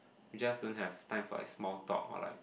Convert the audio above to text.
we just don't have time for like small talk or like